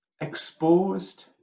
exposed